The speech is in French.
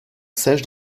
sèche